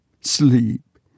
sleep